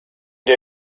der